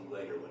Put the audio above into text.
later